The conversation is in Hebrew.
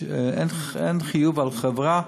אין חיוב על חברה,